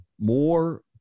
more